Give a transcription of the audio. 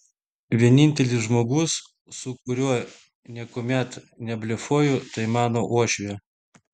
vienintelis žmogus su kuriuo niekuomet neblefuoju tai mano uošvė